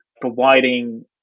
providing